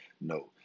No